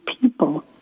people